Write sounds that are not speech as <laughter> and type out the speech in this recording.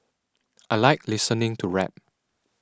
<noise> I like listening to rap <noise>